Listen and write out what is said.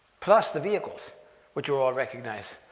plus the vehicles which are all recognized.